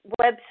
website